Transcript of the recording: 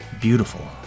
beautiful